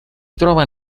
trova